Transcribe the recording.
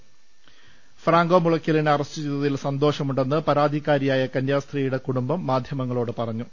ൾ ൽ ൾ ബിഷപ്പ് ഫ്രാങ്കോ മുളയ്ക്കലിനെ അറസ്റ്റ് ചെയ്തതിൽ സന്തോഷമുണ്ടെന്ന് പരാതിക്കാരിയായ കന്യാസ്ത്രീയുടെ കുടുംബം മാധ്യമങ്ങളോട് പറഞ്ഞു